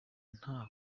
nta